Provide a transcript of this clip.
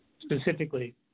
specifically